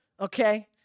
okay